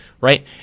right